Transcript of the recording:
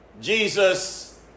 Jesus